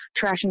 trashing